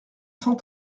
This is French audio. cent